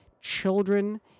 children